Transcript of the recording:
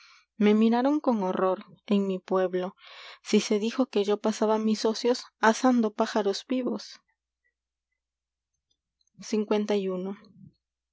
me miraron en con horror mi pueblo si se dijo que yo pasaba mis ocios asando pájaros vivos ys vis